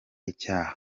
icyaha